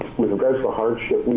with hardship.